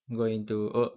go into oh